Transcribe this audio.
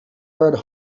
bird